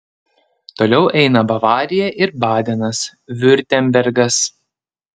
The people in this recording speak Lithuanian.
toliau eina bavarija ir badenas viurtembergas